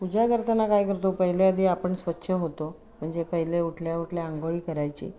पूजा करताना काय करतो पहिले आधी आपण स्वच्छ होतो म्हणजे पहिले उठल्या उठल्या अंघोळ करायची